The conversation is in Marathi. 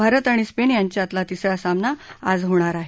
भारत आणि स्पेन यांच्यातला तिसरा सामना आज होणार आहे